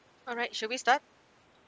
alright should we start